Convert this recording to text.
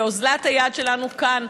ואוזלת היד שלנו כאן,